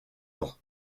ans